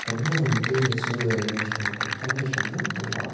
ரொம்ப வந்துட்டு சூடு அதிகமாக வச்சு பண்ணக்கூடாது கம்மியாக வச்சு பண்ணிங்கனால் கொஞ்சம் நல்லாயிருக்கும்